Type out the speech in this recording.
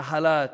נחלת